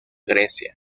grecia